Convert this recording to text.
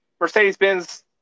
Mercedes-Benz